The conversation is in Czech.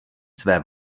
své